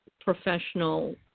professional